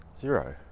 zero